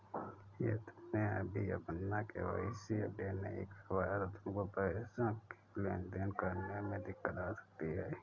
यदि तुमने अभी अपना के.वाई.सी अपडेट नहीं करवाया तो तुमको पैसों की लेन देन करने में दिक्कत आ सकती है